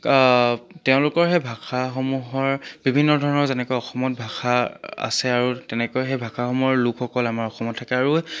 তেওঁলোকৰ সেই ভাষাসমূহৰ বিভিন্ন ধৰণৰ যেনেকৈ অসমত ভাষা আছে আৰু তেনেকৈ সেই ভাষাসমূহৰ লোকসকল আমাৰ অসমত থাকে আৰু